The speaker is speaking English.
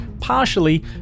partially